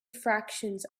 fractions